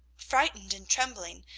frightened and trembling,